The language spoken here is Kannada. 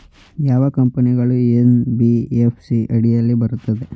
ಯಾವ ಕಂಪನಿಗಳು ಎನ್.ಬಿ.ಎಫ್.ಸಿ ಅಡಿಯಲ್ಲಿ ಬರುತ್ತವೆ?